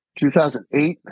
2008